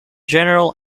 general